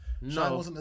No